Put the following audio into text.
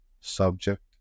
subject